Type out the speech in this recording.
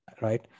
right